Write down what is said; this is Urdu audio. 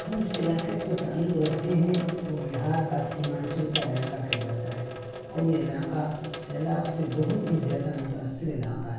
ہم جس علاقے سے تعلق رکھتے ہیں وہ بہار کا سمانچل کا علاقہ کہلاتا ہے اور یہ علاقہ سیلاب سے بہت ہی زیادہ متاثر علاقہ ہے